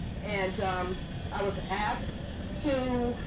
and i was asked to,